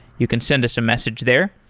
you can send us a message there.